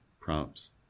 prompts